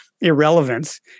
irrelevance